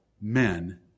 men